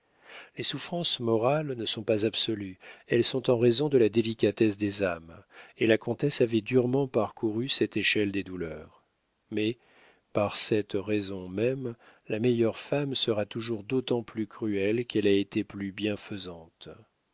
les souffrances morales ne sont pas absolues elles sont en raison de la délicatesse des âmes et la comtesse avait durement parcouru cette échelle des douleurs mais par cette raison même la meilleure femme sera toujours d'autant plus cruelle qu'elle a été plus bienfaisante